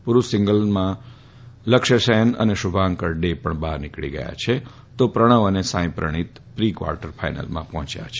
પુરૂષોની સિંગલ્સમાં લક્ષ્ય સેન અને શુભાંકર ડે બફાર નીકળી ગયા છે તો પ્રણવ અને સાંઈ પ્રણીત પ્રિ ક્વાર્ટર ફાઈનલમાં પફોંચ્યા છે